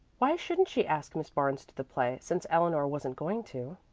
why shouldn't she ask miss barnes to the play, since eleanor wasn't going to?